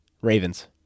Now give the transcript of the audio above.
Ravens